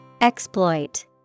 Exploit